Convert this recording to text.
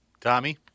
Tommy